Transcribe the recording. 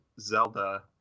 Zelda